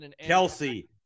Kelsey